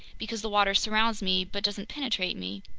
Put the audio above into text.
because the water surrounds me but doesn't penetrate me.